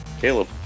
Caleb